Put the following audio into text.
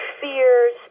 fears